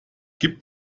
gib